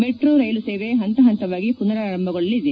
metro ರೈಲು ಸೇವೆ ಹಂತ ಹಂತವಾಗಿ ಪುನರಾರಂಭಗೊಳ್ಳಲಿದೆ